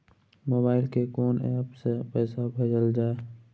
Mobile के कोन app से पैसा भेजल जाए?